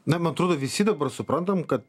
na man atrodo visi dabar suprantam kad